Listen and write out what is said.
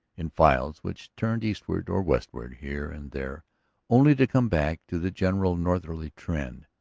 in files which turned eastward or westward here and there only to come back to the general northerly trend,